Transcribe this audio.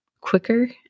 quicker